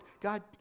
God